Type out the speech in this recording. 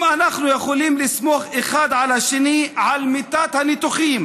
אם אנחנו יכולים לסמוך אחד על השני על מיטת הניתוחים,